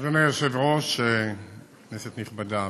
אדוני היושב-ראש, כנסת נכבדה.